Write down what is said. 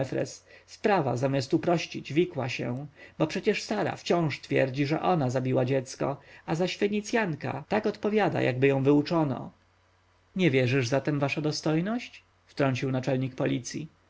sprawa zamiast uprościć wikła się bo przecież sara wciąż twierdzi że ona zabiła dziecko a zaś fenicjanka tak odpowiada jakby ją wyuczono nie wierzysz zatem wasza dostojność wtrącił naczelnik policji